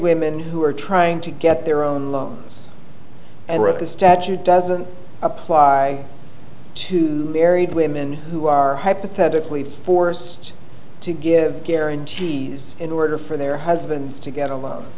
women who are trying to get their own loans and read the statute doesn't apply to married women who are hypothetically forced to give guarantees in order for their husbands to get a